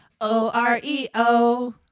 O-R-E-O